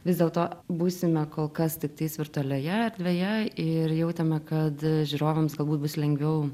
vis dėlto būsime kol kas tiktais virtualioje erdvėje ir jautėme kad žiūrovams galbūt bus lengviau